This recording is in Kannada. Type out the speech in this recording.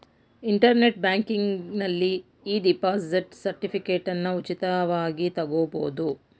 ಇಂಟರ್ನೆಟ್ ಬ್ಯಾಂಕಿಂಗ್ನಲ್ಲಿ ಇ ಡಿಪಾಸಿಟ್ ಸರ್ಟಿಫಿಕೇಟನ್ನ ಉಚಿತವಾಗಿ ತಗೊಬೋದು